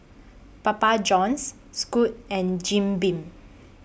Papa Johns Scoot and Jim Beam